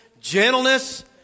gentleness